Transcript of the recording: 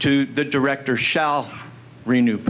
to the director shall renew